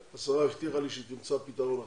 השרה הבטיחה לי שהיא תמצא פתרון אחר.